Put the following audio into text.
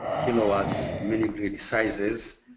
kilowatts mini grid sizes,